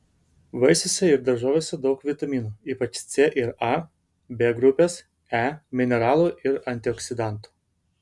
vaisiuose ir daržovėse daug vitaminų ypač c ir a b grupės e mineralų ir antioksidantų